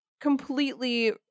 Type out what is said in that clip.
completely